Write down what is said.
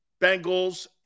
Bengals